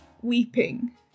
weeping